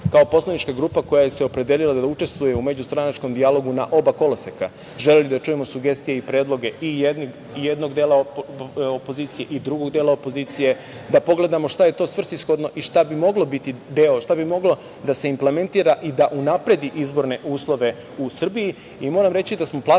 kao poslanička grupa koja se opredelila da učestvuje u međustranačkom dijalogu na oba koloseka. Želimo da čujemo sugestije i predloge i jednog dela opozicije i drugog dela opozicije, da pogledamo šta je to svrsishodno i šta bi moglo biti deo, šta bi moglo da se implementira i da unapredi izborne uslove u Srbiji